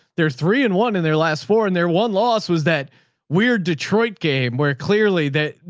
they're three and one in their last four. and their one loss was that weird detroit game where clearly that,